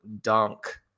dunk